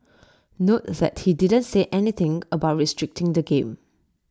note that he didn't say anything about restricting the game